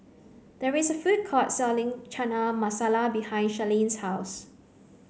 there is a food court selling Chana Masala behind Sharlene's house